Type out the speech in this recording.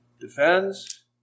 defends